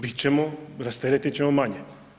Bit ćemo rasteretiti ćemo manje.